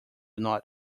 not